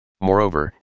Moreover